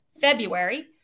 February